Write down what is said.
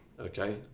okay